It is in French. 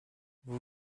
vous